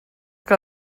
que